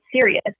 serious